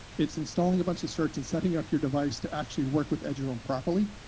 it's installing a bunch of certs and setting up your device to actually work with eduroam properly.